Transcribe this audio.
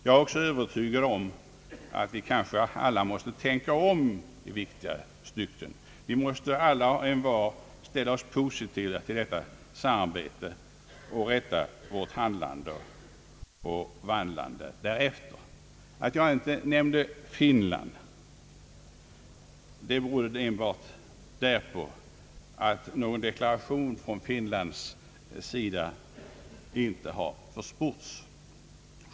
Jag är också övertygad om att vi alla måste tänka om i viktiga stycken. Vi måste alla ställa oss positiva till detta samarbete och rätta vårt handlande och vandlande därefter. Att jag inte tidigare nämnde Finland berodde enbart därpå att det inte har försports om någon deklaration från detta land.